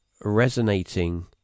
resonating